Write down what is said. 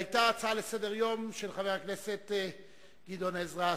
היתה הצעה לסדר-יום של חבר הכנסת גדעון עזרא,